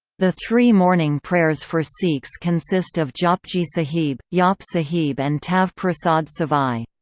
the three morning prayers for sikhs consist of japji sahib, jaap sahib and tav-prasad savaiye.